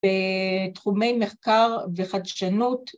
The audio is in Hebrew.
‫בתחומי מחקר וחדשנות.